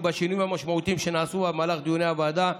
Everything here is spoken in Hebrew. בשינויים המשמעותיים שנעשו בה במהלך דיוני הוועדה,